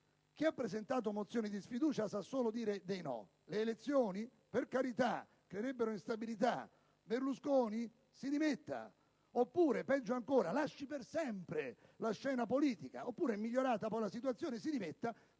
Chi ha presentato mozioni di sfiducia sa solo dire dei no: le elezioni? Per carità! Creerebbero instabilità. Berlusconi si dimetta oppure - peggio ancora - lasci per sempre la scena politica, o ancora - la situazione è migliorata